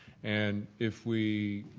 and, if we,